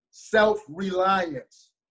self-reliance